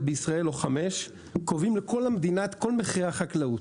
בישראל קובעים לכל המדינה את כל מחירי החקלאות.